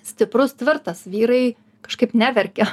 stiprus tvirtas vyrai kažkaip neverkia